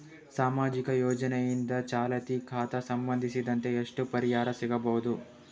ಸಾಮಾಜಿಕ ಯೋಜನೆಯಿಂದ ಚಾಲತಿ ಖಾತಾ ಸಂಬಂಧಿಸಿದಂತೆ ಎಷ್ಟು ಪರಿಹಾರ ಸಿಗಬಹುದು?